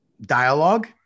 dialogue